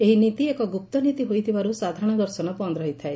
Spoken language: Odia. ଏହି ନୀତି ଏକ ଗୁପ୍ତ ନୀତି ହୋଇଥିବାରୁ ସାଧାରଣ ଦର୍ଶନ ବନ୍ଦ୍ ରହିଥାଏ